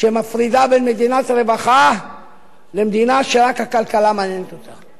שמפרידה בין מדינת רווחה למדינה שרק הכלכלה מעניינת אותה,